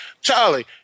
Charlie